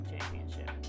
championship